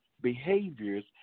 behaviors